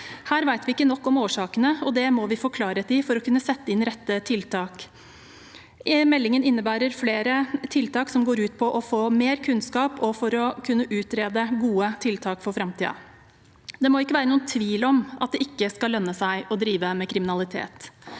Her vet vi ikke nok om årsakene, og det må vi få klarhet i for å kunne sette inn rette tiltak. Meldingen innebærer flere tiltak som går ut på å få mer kunnskap for å kunne utrede gode tiltak for framtiden. Det må ikke være noen tvil om at det ikke skal lønne seg å drive med kriminalitet.